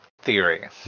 theory